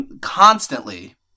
constantly